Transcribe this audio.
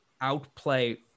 outplay